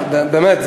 באמת,